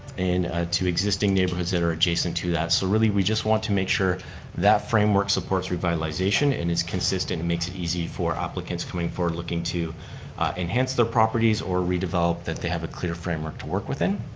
and ah to existing neighborhoods that are adjacent to that. so really, we just want to make sure that framework supports revitalization and is consistent and makes it easy for applicants coming forward looking to enhance their properties or redevelop, that they have a clear framework to work within.